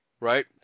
right